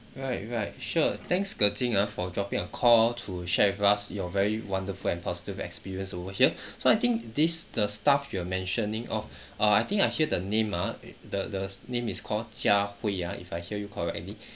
right right sure thanks goh ching ah for dropping a call to share with us your very wonderful and positive experience over here so I think this the staff you're mentioning of uh I think I hear the name ah uh the the s~ name is called jia hui ah if I hear you correctly